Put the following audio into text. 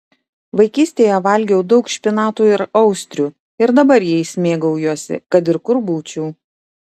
vaikystėje valgiau daug špinatų ir austrių ir dabar jais mėgaujuosi kad ir kur būčiau